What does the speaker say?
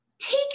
Take